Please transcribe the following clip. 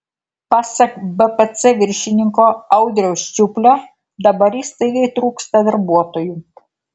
pasak bpc viršininko audriaus čiuplio dabar įstaigai trūksta darbuotojų